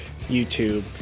YouTube